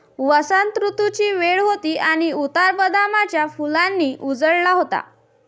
वसंत ऋतूची वेळ होती आणि उतार बदामाच्या फुलांनी उजळला होता